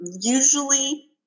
usually